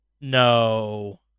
No